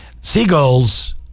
Seagulls